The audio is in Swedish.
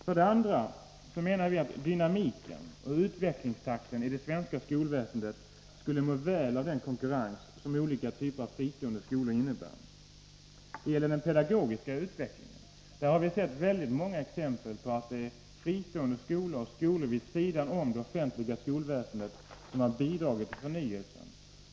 För det andra menar vi att dynamiken och utvecklingstakten i det svenska skolväsendet skulle må väl av den konkurrens som olika typer av fristående skolor innebär. När det gäller den pedagogiska utvecklingen har vi sett många exempel på att det är fristående skolor och skolor vid sidan av det offentliga skolväsendet som har bidragit till förnyelsen.